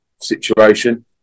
situation